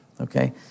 Okay